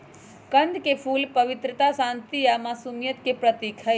कंद के फूल पवित्रता, शांति आ मासुमियत के प्रतीक हई